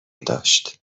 داشت